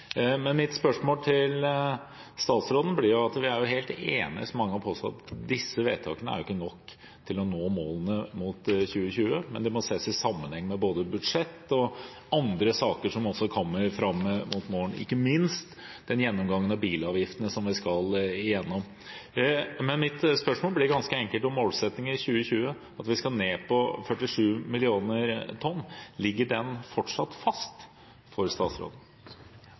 men det har man valgt ikke å gjøre. Der kunne man ha inntatt en mer offensiv holdning. Vi er helt enig i, som mange har påstått, at disse tiltakene ikke er nok for å nå målene mot 2020, men det må ses i sammenheng med både budsjett og andre saker som også kommer fram mot våren, ikke minst den gjennomgangen av bilavgiftene som vi skal ha. Men mitt spørsmål gjelder ganske enkelt målsettingen for 2020. Vi skal ned på 47 millioner tonn. Ligger den fortsatt fast for statsråden?